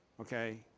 okay